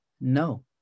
no